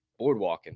Boardwalking